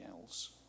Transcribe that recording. else